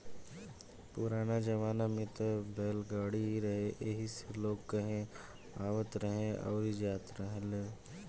पुराना जमाना में त बैलगाड़ी ही रहे एही से लोग कहीं आवत रहे अउरी जात रहेलो